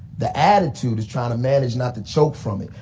the attitude is trying to manage not to choke from it.